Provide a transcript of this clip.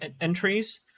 entries